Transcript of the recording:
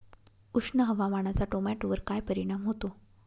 उष्ण हवामानाचा टोमॅटोवर काय परिणाम होतो?